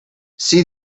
see